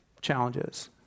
challenges